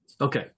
okay